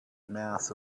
mass